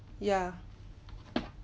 yeah